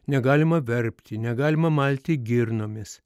negalima verpti negalima malti girnomis